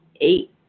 eight